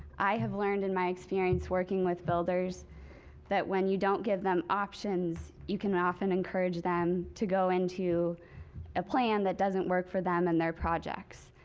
i have learned in my experience working with builders that when you don't give them options, you can often encourage them to go into a plan that doesn't work for them and their projects,